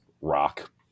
rock